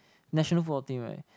national football team [right]